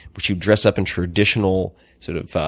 but she'd dress up in traditional sort of